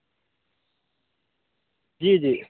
جی جی